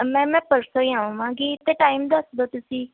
ma'am ਮੈਂ ਪਰਸੋਂ ਹੀ ਆਵਾਂਗੀ ਅਤੇ ਟਾਈਮ ਦੱਸ ਦਿਓ ਤੁਸੀਂ